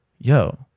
yo